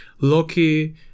Loki